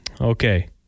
Okay